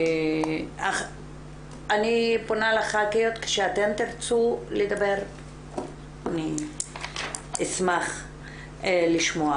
אני פונה לח"כיות, כשתרצו לדבר אשמח לשמוע.